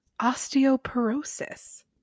osteoporosis